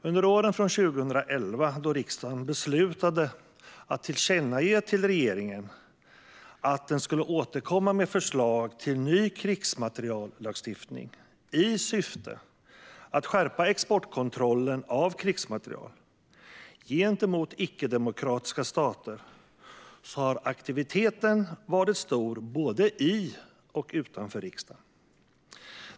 Under åren från 2011, då riksdagen beslutade att tillkännage till regeringen att den skulle återkomma med förslag till ny krigsmateriellagstiftning i syfte att skärpa exportkontrollen av krigsmateriel gentemot icke-demokratiska stater, har aktiviteten varit stor både i och utanför riksdagen.